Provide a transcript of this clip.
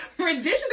traditional